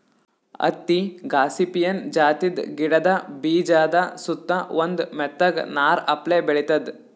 ಹತ್ತಿ ಗಾಸಿಪಿಯನ್ ಜಾತಿದ್ ಗಿಡದ ಬೀಜಾದ ಸುತ್ತಾ ಒಂದ್ ಮೆತ್ತಗ್ ನಾರ್ ಅಪ್ಲೆ ಬೆಳಿತದ್